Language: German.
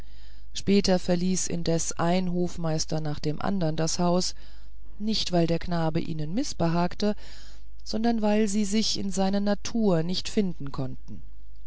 später verließ indessen ein hofmeister nach dem andern das haus nicht weil der knabe ihnen mißbehagte sondern weil sie sich in seine natur nicht finden konnten